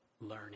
learning